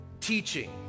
teaching